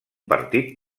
partit